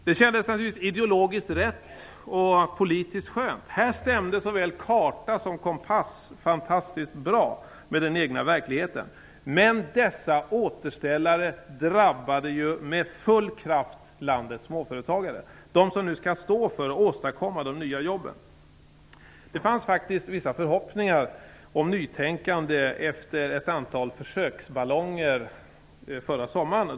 Det kändes naturligtvis ideologiskt rätt och politiskt skönt. Här stämde såväl karta som kompass fantastiskt bra med den egna verkligheten. Men dessa återställare drabbade med full kraft landets småföretagare; de som nu skall åstadkomma de nya jobben. Det fanns vissa förhoppningar om nytänkande efter ett antal försöksballonger förra sommaren.